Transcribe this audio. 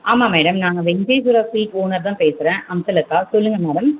ஆமாம் மேடம் நாங்கள் Venkateswara sweet owner தான் பேசுகிறேன் அம்சலதா சொல்லுங்க மேடம்